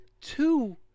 two